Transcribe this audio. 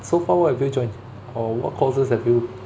so far what have you joined or what courses have you